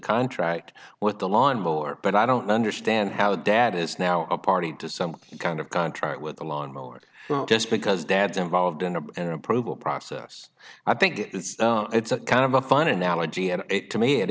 contract with the lawnmower but i don't understand how dad is now a party to some kind of contract with the lawn mower just because dad's involved in a an approval process i think it's a kind of a fine analogy and it to me it